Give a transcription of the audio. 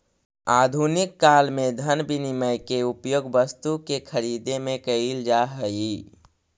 आधुनिक काल में धन विनिमय के उपयोग वस्तु के खरीदे में कईल जा हई